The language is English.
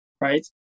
right